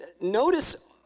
notice